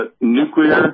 nuclear